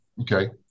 okay